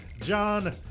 john